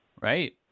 right